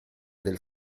del